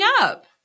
up